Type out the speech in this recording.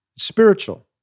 Spiritual